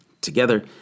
Together